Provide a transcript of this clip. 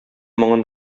моңын